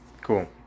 Cool